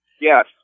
Yes